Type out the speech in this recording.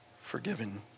forgiven